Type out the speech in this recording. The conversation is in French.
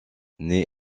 naît